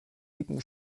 dicken